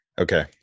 Okay